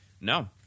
No